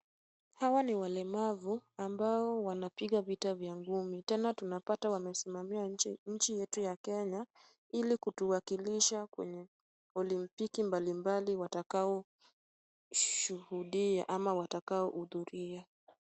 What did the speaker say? Hawa ni walemavu ambao wanapiga vita za ngumi. Tena tunapata wanasimamia nchi yetu ya Kenya ili kutuwakilisha kwenye olimpiki mbalimbali watakao shuhudia ama watakao hudhuria.